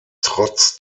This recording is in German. trotz